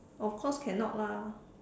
of course cannot lah